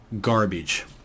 garbage